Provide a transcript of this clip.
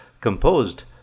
composed